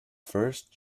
first